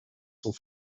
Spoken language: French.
sont